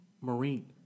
Marine